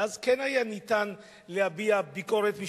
ואז כן היה ניתן להביע ביקורת משפטית,